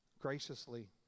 graciously